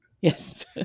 Yes